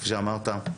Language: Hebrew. כפי שאמרת.